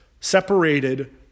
separated